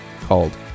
called